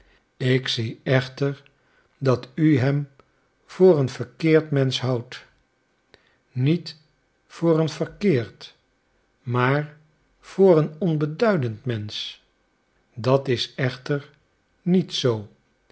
ik zie echter dat u hem voor een verkeerd mensch houdt niet voor een verkeerd maar voor een onbeduidend mensch dat is echter niet zoo